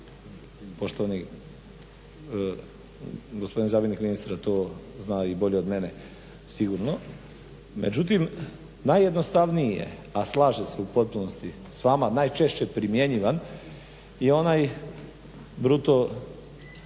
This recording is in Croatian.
Poštovani gospodin zamjenik ministra to zna i bolje od mene sigurno. Međutim, najjednostavniji je, a slažem se u potpunosti s vama najčešće primjenjivan, je onaj bruto